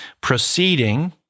proceeding